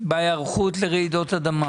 בהיערכות לרעידות אדמה?